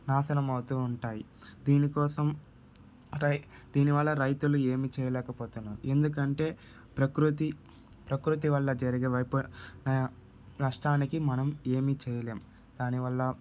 నాశనం అవుతు ఉంటాయి దీనికోసం రై దీని వల్ల రైతులు ఏమి చేయలేక పోతున్నారు ఎందుకంటే ప్రకృతి ప్రకృతి వల్ల జరిగే వైప నష్టానికి మనము ఏమి చేయలేము దాని వల్ల